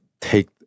take